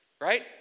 right